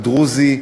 הדרוזי,